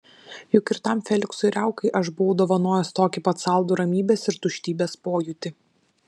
juk ir tam feliksui riaukai aš buvau dovanojęs tokį pat saldų ramybės ir tuštybės pojūtį